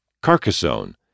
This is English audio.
Carcassonne